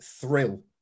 thrill